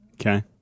okay